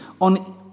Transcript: on